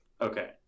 Okay